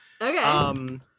Okay